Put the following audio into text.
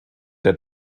der